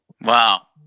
Wow